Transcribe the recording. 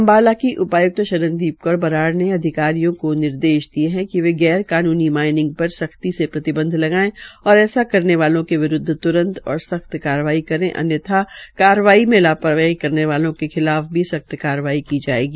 अम्बाला की उपायुक्त शरणदीप कौर बराड़ ने अधिकारियों को निर्देश दिये कि वे गैर कानूनी माईनिंग पर सख्ती से प्रतिबंध लगायें और ऐसा करने वाले लोगों के विरूद्ध त्रंत और सख्त कार्रवाई करें अन्यथा कार्रवाई में लापरवाही करने वाले के खिलाफ भी सख्त कार्रवाईकी जायेगी